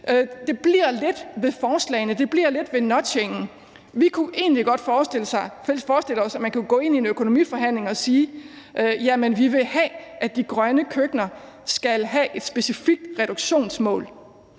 Det bliver lidt ved forslagene, det bliver lidt ved nudgingen. Vi kunne egentlig godt forestille os, at man kunne gå ind i en økonomiforhandling og sige, at vi vil have, at de grønne køkkener skal have et specifikt reduktionsmål